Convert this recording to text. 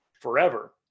forever